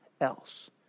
else